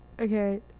Okay